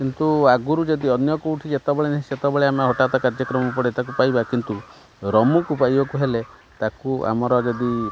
କିନ୍ତୁ ଆଗରୁ ଯଦି ଅନ୍ୟ କେଉଁଠି ଯେତେବେଳେ ନି ସେତବେଳେ ଆମେ ହଠାତ୍ କାର୍ଯ୍ୟକ୍ରମ ପଡ଼େ ତାକୁ ପାଇବା କିନ୍ତୁ ରମୁକୁ ପାଇବାକୁ ହେଲେ ତାକୁ ଆମର ଯଦି